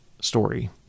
story